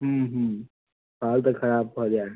हूँ हूँ हाल तऽ खराब भऽ गेल